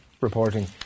reporting